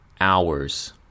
hours